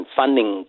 funding